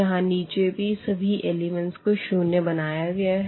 यहाँ नीचे भी सभी एलिमेंट्स को शून्य बनाया गया है